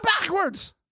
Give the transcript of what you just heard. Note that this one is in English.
backwards